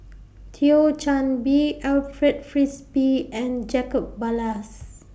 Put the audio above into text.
Thio Chan Bee Alfred Frisby and Jacob Ballas